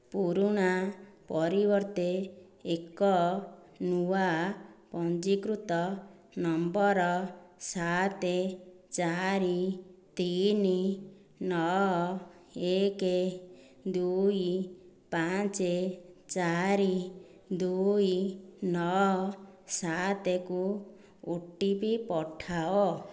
ପୁରୁଣା ପରିବର୍ତ୍ତେ ଏକ ନୂଆ ପଞ୍ଜୀକୃତ ନମ୍ବର ସାତ ଚାରି ତିନି ନଅ ଏକ ଦୁଇ ପାଞ୍ଚ ଚାରି ଦୁଇ ନଅ ସାତକୁ ଓ ଟି ପି ପଠାଅ